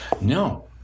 No